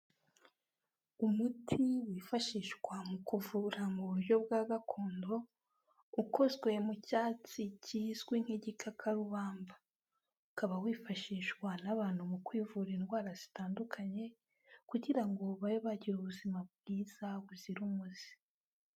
Umuti wifashishwa mu kuvura mu buryo bwa gakondo, ukozwe mu cyatsi kizwi nk'igikakarubamba, ukaba wifashishwa n'abantu mu kwivura indwara zitandukanye, kugira ngo babe bagira ubuzima bwiza buzira umuze.